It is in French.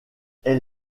elle